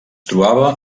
trobava